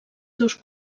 seus